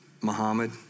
Muhammad